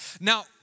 Now